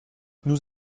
nous